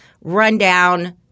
rundown